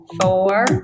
four